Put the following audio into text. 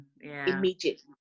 immediately